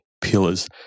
pillars